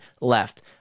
left